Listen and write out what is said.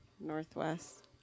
northwest